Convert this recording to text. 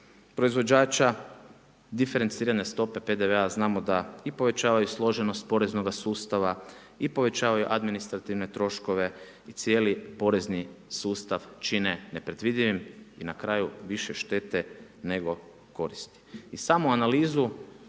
proizvođača diferencirane stope PDV-a znamo da i povećavaju složenost poreznoga sustava i povećavaju administrativne troškove i cijeli porezni sustav čine nepredvidivim i na kraju više štete nego koristi. I samo analizu